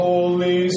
Holy